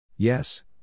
Yes